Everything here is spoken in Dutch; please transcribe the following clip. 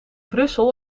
brussel